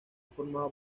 formado